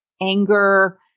anger